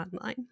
online